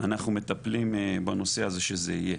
אנחנו מטפלים בנושא הזה שזה יהיה